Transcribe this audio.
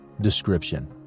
Description